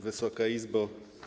Wysoka Izbo!